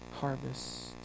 harvest